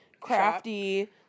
crafty